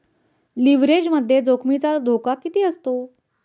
लिव्हरेजमध्ये जोखमीचा धोका किती असतो?